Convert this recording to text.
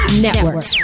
Network